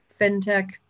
FinTech